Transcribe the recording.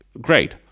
great